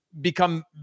become